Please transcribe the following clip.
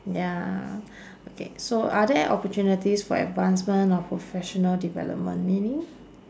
ya okay so are there opportunities for advancement of professional development meaning